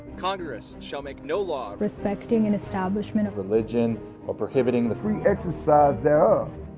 congress shall make no law respecting an establishment of religion or prohibiting the free exercise thereof